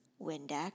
Windex